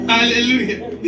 Hallelujah